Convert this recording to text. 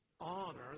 Honor